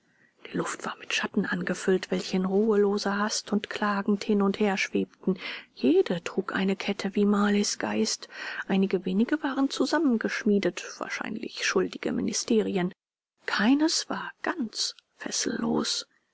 die luft war mit schatten angefüllt welche in ruheloser hast und klagend hin und her schwebten jeder trug eine kette wie marleys geist einige wenige waren zusammengeschmiedet wahrscheinlich schuldige ministerien keines war ganz fessellos